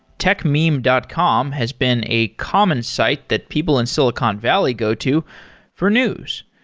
techmeme dot com has been a common site that people in silicon valley go to for news.